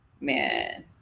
Man